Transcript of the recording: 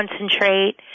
concentrate